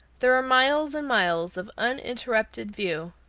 there are miles and miles of uninterrupted view.